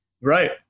Right